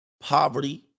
poverty